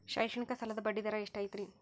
ಶೈಕ್ಷಣಿಕ ಸಾಲದ ಬಡ್ಡಿ ದರ ಎಷ್ಟು ಐತ್ರಿ?